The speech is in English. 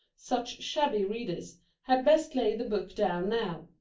such shabby readers had best lay the book down now.